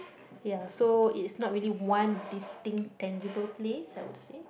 ya so it's not really want this thing tangible please that will say